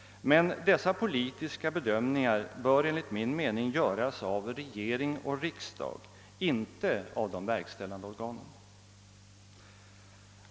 Men denna politiska bedömning bör enligt min mening göras av regering och riksdag, inte av det verkställande organet.